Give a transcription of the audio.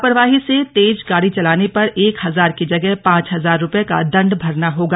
लापरवाही से तेज गाड़ी चलाने पर एक हजार की जगह पांच हजार रुपये का दंड भरना होगा